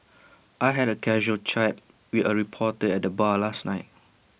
I had A casual chat with A reporter at the bar last night